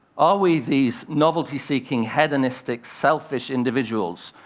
are we these novelty-seeking, hedonistic, selfish individuals?